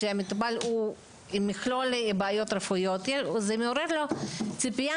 כשיש לו מכלול בעיות רפואיות זה מעורר לו ציפייה